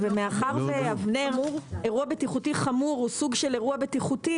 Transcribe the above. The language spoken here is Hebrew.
מאחר ואירוע בטיחותי חמור הוא סוג של אירוע בטיחותי,